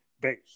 base